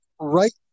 right